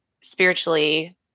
spiritually